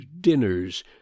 dinners